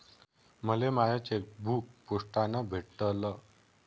मले माय चेकबुक पोस्टानं भेटल